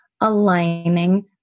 aligning